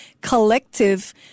Collective